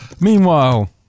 Meanwhile